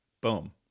Boom